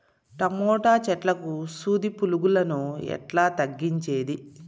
Tomato చెట్లకు సూది పులుగులను ఎట్లా తగ్గించేది?